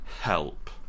help